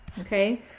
Okay